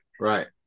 right